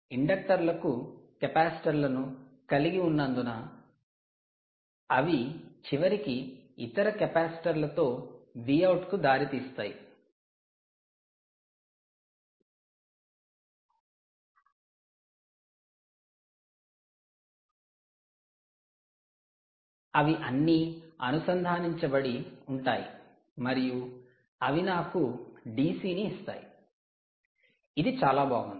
ఇండక్టర్లు కు కెపాసిటర్లను కలిగి ఉన్నందున అవి చివరికి ఇతర కెపాసిటర్లతో Vout కు దారి తీస్తాయి అవి అన్నీ అనుసంధానించబడి ఉంటాయి మరియు అవి నాకు DC ని ఇస్తాయి ఇది చాలా బాగుంది